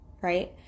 Right